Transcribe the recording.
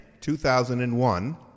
2001